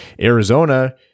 arizona